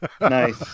nice